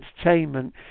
entertainment